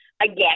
Again